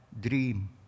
dream